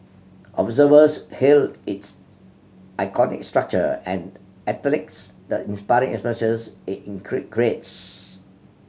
observers hailed its iconic structure and athletes the inspiring atmosphere it create greats